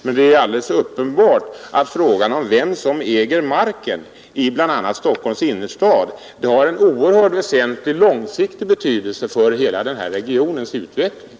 Men det är alldeles uppenbart att frågan om vem som äger marken i Stockholms innerstad har en oerhört väsentlig långsiktig betydelse för hela denna regions utveckling.